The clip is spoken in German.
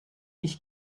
ich